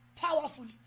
powerfully